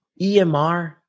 EMR